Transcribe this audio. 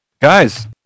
Guys